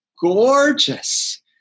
gorgeous